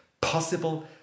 possible